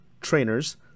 trainers